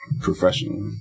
professionally